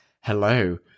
Hello